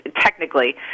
technically